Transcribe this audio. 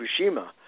Fukushima